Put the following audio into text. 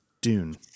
Dune